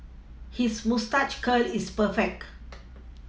his moustache curl is perfect